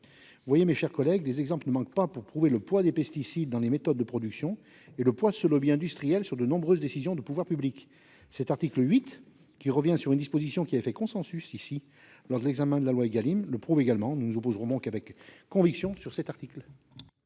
vous le voyez, les exemples ne manquent pas pour prouver la quantité de pesticides dans les méthodes de production et le poids de ce lobby industriel dans de nombreuses décisions des pouvoirs publics ! Cet article 8, qui revient sur une disposition qui avait fait consensus lors de l'examen de la loi Égalim, le prouve également. Nous nous y opposerons donc avec conviction. La parole